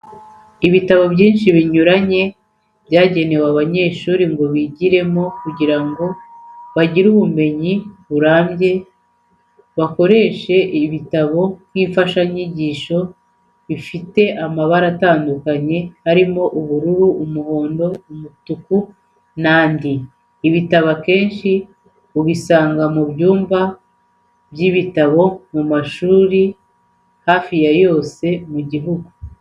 Ibitabo byinshi binyuranye byagenewe abanyeshuri ngo bigiremo kugira ngo bagire ubumenyi burambye bakoresha ibitabo nk'imfashanyigisho, bifite amabara atandukanye harimo ubururu, umuhondo, umutuku n'andi. Ibitabo akenshi ubisanga mu byumba by'ibitabo mu mashuri hafi ya yose mu gihugu.